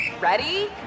Ready